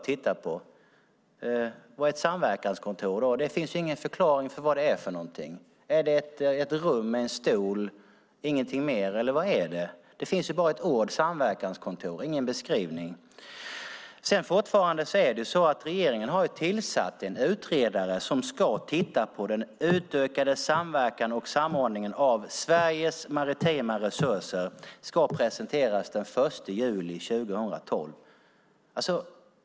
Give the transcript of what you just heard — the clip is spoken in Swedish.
Vad är ett samverkanskontor? Det finns ingen förklaring till vad det är. Är det ett rum med en stol och ingenting mer, eller vad är det? Det finns bara ordet samverkanskontor men ingen beskrivning. Regeringen har tillsatt en utredare som ska titta på den utökade samverkan och samordningen av Sveriges maritima resurser. Arbetet ska presenteras den 1 juli 2012.